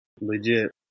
legit